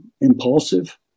impulsive